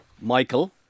Michael